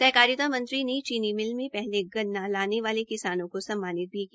सहकारिता मंत्री ने चीनी मिल में पहले गन्ना लाने वाले किसानों को सम्मानित भी किया